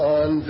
on